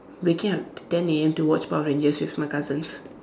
waking up ten A_M to watch power rangers with my cousins